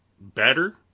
better